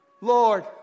Lord